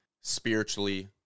spiritually